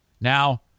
Now